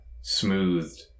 smoothed